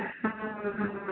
ହଁ ହଁ